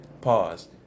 Pause